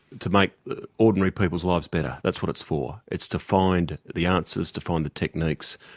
to make ordinary people's lives better that's what it's for. it's to find the answers, to find the techniques,